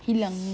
hilang